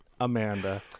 Amanda